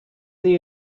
the